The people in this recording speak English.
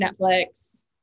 Netflix